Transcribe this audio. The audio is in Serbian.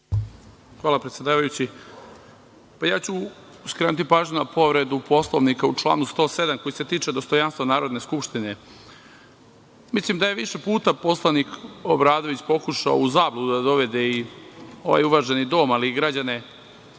Hvala predsedavajući. Skrenuću pažnju na povredu Poslovnika u članu 107, koji se tiče dostojanstva Narodne skupštine. Mislim, da je više puta poslanik Obradović pokušao u zabludu da dovede i ovaj uvaženi Dom, ali i građane